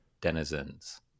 denizens